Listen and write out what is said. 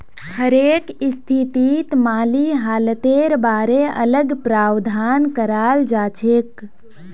हरेक स्थितित माली हालतेर बारे अलग प्रावधान कराल जाछेक